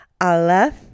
Aleph